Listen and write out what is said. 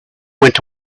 went